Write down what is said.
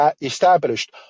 established